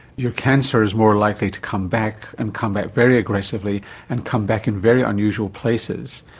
your cancer is more likely to come back and come back very aggressively and come back in very unusual places.